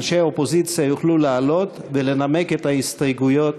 אנשי האופוזיציה יוכלו לעלות ולנמק את ההסתייגויות